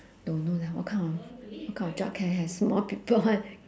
don't know leh what kind of what kind of job can have small people [one]